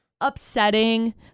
upsetting